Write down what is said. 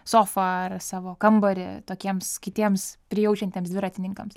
sofą ar savo kambarį tokiems kitiems prijaučiantiems dviratininkams